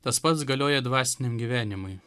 tas pats galioja dvasiniam gyvenimui